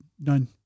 None